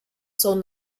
son